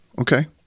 okay